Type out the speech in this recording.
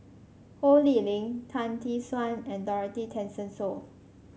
Ho Lee Ling Tan Tee Suan and Dorothy Tessensohn